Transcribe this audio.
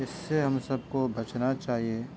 اِس سے ہم سب کو بچنا چاہیے